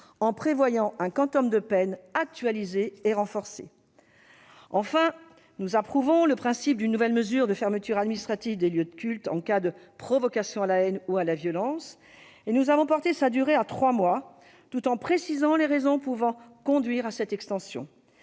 en prévoyant un quantum de peine actualisé et renforcé. Par ailleurs, nous approuvons le principe d'une nouvelle mesure de fermeture administrative des lieux de culte en cas de provocation à la haine ou à la violence et avons porté sa durée à trois mois, tout en précisant les raisons pouvant conduire à cette extension.